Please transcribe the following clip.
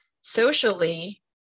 socially